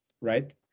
right